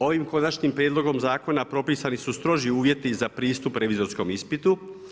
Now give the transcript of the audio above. Ovim konačnim prijedlogom zakona propisani su stroži uvjeti za pristup revizorskom ispitu.